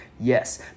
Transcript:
Yes